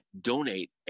donate